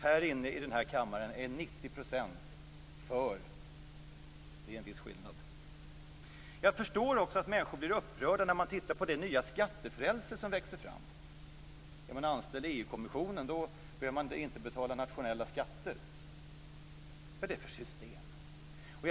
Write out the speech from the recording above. Här inne i denna kammare är 90 % för ett medlemskap. Det är en viss skillnad. Jag förstår också att människor blir upprörda när de tittar på det nya skattefrälse som växer fram. Är man anställd i EU-kommissionen behöver man inte betala nationella skatter. Vad är det för system?